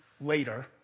later